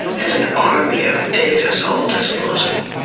and an army of datas, all disposable?